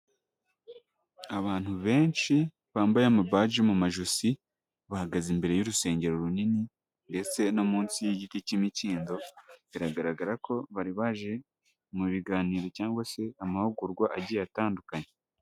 Abantu benshi bambaye amabaji mu majosi bahagaze imbere y'urusengero runini ndetse no munsi y'igiti k'imikindo biragaragara ko bari baje mu biganiro cyangwa se amahugurwa agiye atandukanye.